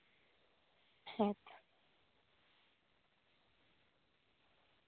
ᱦᱮᱸ